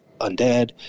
undead